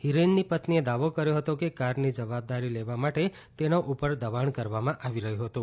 હિરેનની પત્નીએ દાવો કર્યો હતો કે કારની જવાબદારી લેવા માટે તેના ઉપર દબાણ કરવામાં આવી રહ્યું હતું